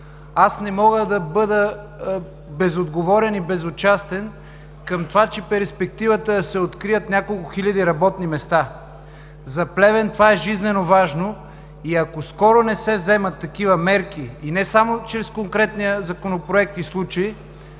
аз не мога да бъда безотговорен и безучастен към това, че перспективата е да се открият няколко хиляди работни места. За Плевен това е жизнено важно. Ако скоро не се вземат такива мерки – не само чрез конкретния Законопроект и случай,